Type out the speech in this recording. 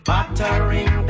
Battering